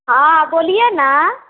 हाँ बोलिए ना